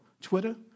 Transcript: Twitter